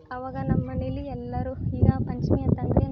ಆವಾಗ ನಮ್ಮನೇಲಿ ಎಲ್ಲರೂ ಈಗ ಪಂಚಮಿ ಅಂತಂದ್ರೆ ನಾವು